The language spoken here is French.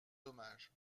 dommage